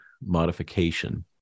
modification